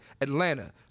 Atlanta